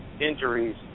injuries